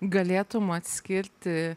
galėtum atskirti